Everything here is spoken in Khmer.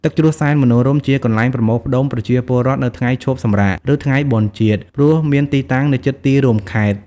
ទឹកជ្រោះសែនមនោរម្យជាកន្លែងប្រមូលផ្តុំប្រជាពលរដ្ឋនៅថ្ងៃឈប់សម្រាក ឬ ថ្ងៃបុណ្យជាតិ ព្រោះមានទីតាំងនៅជិតទីរួមខេត្ត។